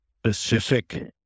specific